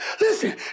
Listen